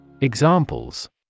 Examples